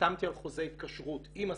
חתמתי על חוזה התקשרות עם הספק,